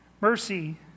Mercy